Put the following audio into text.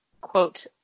quote